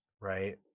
right